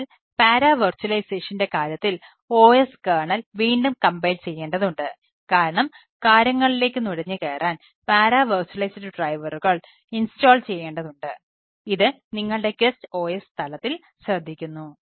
അതിനാൽ പാരാ വിർച്വലൈസേഷന്റെ OS തലത്തിൽ ശ്രദ്ധിക്കുന്നു